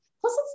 Plus